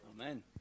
Amen